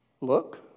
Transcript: look